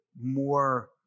more